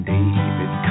David